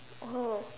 oh